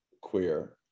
queer